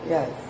Yes